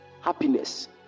happiness